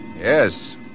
Yes